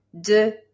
De